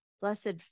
Blessed